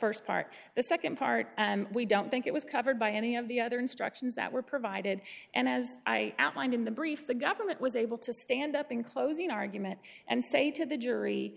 the st part the nd part and we don't think it was covered by any of the other instructions that were provided and as i outlined in the brief the government was able to stand up in closing argument and say to the jury